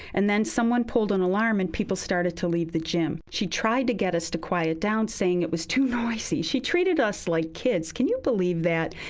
and then someone pulled an alarm and people started to leave the gym. she tried to get us to quiet down, saying it was too noisy. she treated us like kids. can you believe that?